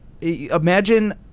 imagine